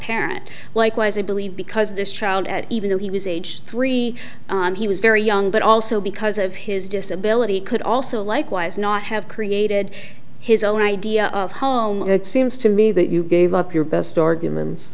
parent likewise i believe because this child at even though he was age three he was very young but also because of his disability could also likewise not have created his own idea of home it seems to me that you gave up your best arguments